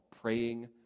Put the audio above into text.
praying